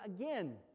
again